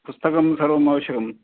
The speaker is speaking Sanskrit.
पुस्तकं सर्वम् आवश्यकं